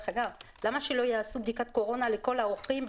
למה לא יעשו בדיקת קורונה לכל האורחים,